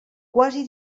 quasi